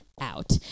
out